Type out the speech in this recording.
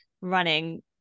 running